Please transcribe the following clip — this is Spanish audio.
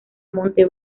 monte